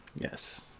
Yes